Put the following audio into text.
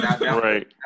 Right